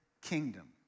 kingdom